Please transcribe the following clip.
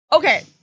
Okay